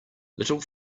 little